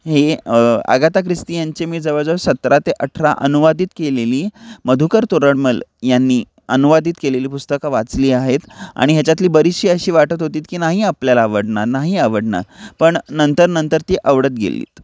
हेही Agatha Christie यांची मी जवळजवळ सतरा ते अठरा अनुवादित केलेली मधुकर तोरडमल यांनी अनुवादित केलेली पुस्तकं वाचली आहेत आणि ह्याच्यातली बरीचशी अशी वाटत होतीत की नाही आपल्याला आवडणार नाही आवडणार पण नंतर नंतर ती आवडत गेलीत